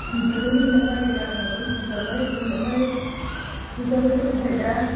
मिथिंबो लिंजाबाय गामियावबो बुजाबाय लिंजाबाय बुजाबायबो ओमफ्राय दा